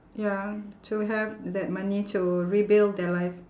ya to have that money to rebuild their life